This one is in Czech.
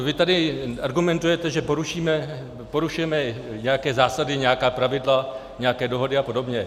Vy tady argumentujete, že porušujeme nějaké zásady, nějaká pravidla, nějaké dohody a podobně.